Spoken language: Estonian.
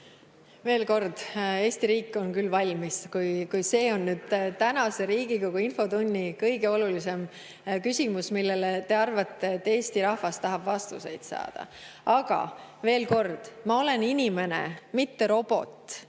Veel kord: Eesti riik on küll valmis, kui see on tänase Riigikogu infotunni kõige olulisem küsimus, millele teie arvates Eesti rahvas tahab vastuseid saada. Aga veel kord: ma olen inimene, mitte robot.